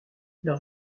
leur